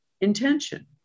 intention